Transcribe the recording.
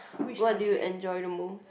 what do you enjoy the most